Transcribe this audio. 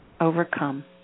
overcome